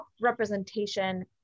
representation